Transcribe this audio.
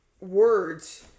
words